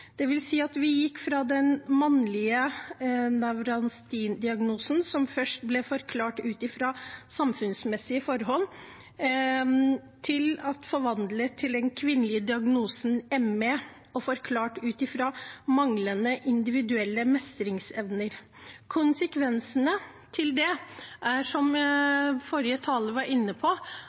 at vi gikk fra den mannlige nevranstini-diagnosen, som først ble forklart ut fra samfunnsmessige forhold, til den kvinnelige diagnosen ME, som ble forklart ut fra manglende individuelle mestringsevner. Konsekvensene av det er – som forrige taler var inne på